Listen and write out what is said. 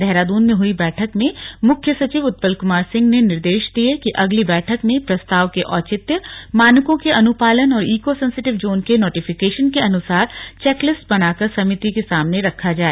देहरादून में हुई बैठक में मुख्य सचिव उत्पल कुमार सिंह ने निर्देश दिए कि अगली बैठक में प्रस्ताव के औचित्य मानकों के अनुपालन और इको सेंसिटिव जोन के नोटिफिकेशन के अनुसार चेक लिस्ट बनाकर समिति के सामने रखा जाए